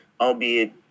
albeit